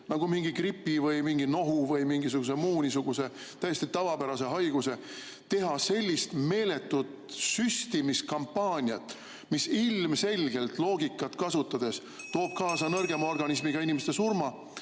nagu mingi gripi, nohu või mingisuguse muu täiesti tavapärase haiguse, teha sellist meeletut süstimiskampaaniat, mis ilmselgelt loogikat kasutades toob kaasa nõrgema organismiga inimeste surma,